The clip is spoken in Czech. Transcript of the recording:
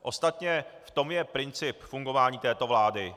Ostatně v tom je princip fungování této vlády.